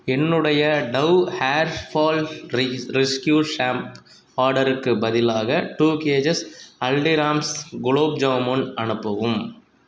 என்னுடைய Dove hair fall rescue shampoo ஆர்டருக்குப் பதிலாக டூ கேஜஸ் ஹல்திராம்ஸ் குலாப் ஜாமுன் அனுப்பவும்